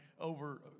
over